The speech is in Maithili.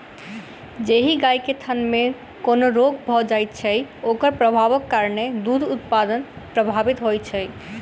जाहि गाय के थनमे कोनो रोग भ जाइत छै, ओकर प्रभावक कारणेँ दूध उत्पादन प्रभावित होइत छै